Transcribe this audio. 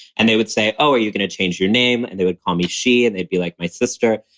and they would say, oh, are you going to change your name? and they would call me she and they'd be like my sister.